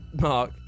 Mark